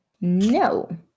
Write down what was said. No